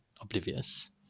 oblivious